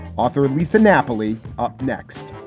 author lisa napoli. up next